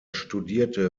studierte